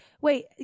Wait